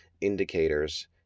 indicators